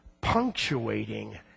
punctuating